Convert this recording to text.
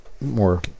more